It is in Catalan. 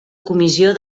comissió